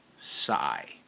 sigh